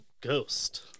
Ghost